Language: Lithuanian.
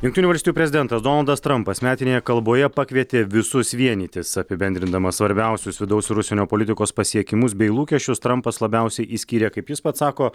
jungtinių valstijų prezidentas donaldas trampas metinėje kalboje pakvietė visus vienytis apibendrindamas svarbiausius vidaus ir užsienio politikos pasiekimus bei lūkesčius trampas labiausiai išskyrė kaip jis pats sako